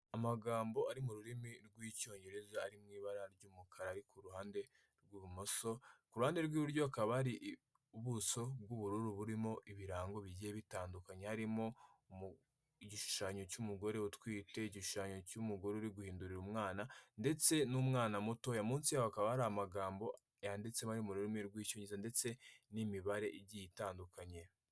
Amagambo ari mu rurimi rw'icyongereza ari mw’ibara ry'umukara ari ku ruhande rw'ibumoso kuruhande rw'iburyo hakaba hari ubuso bw'ubururu burimo ibirango bigiye bitandukanye hakaba harimo igishushanyo cy'umugore utwite, igishushanyo cy'umugore uri guhindurira umwana ndetse n'umwana mutoya munsi hakaba hari amagambo yanditseho ari mu rurimi rw'icyongereza ndetse n'imibare igiye itandukanye.